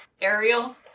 Ariel